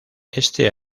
este